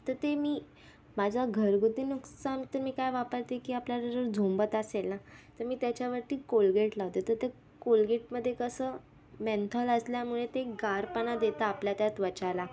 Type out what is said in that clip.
तर ते मी माझं घरगुती नुकसान तर मी काय वापरते की आपल्याला जर झोंबत असेल ना तर मी त्याच्यावरती कोलगेट लावते तर ते कोलगेटमध्ये कसं मेंथॉल असल्यामुळे ते गारपणा देतं आपल्या त्या त्वचाला